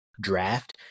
draft